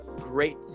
great